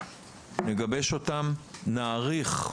נגבש אותם, נאריך,